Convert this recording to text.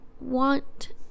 want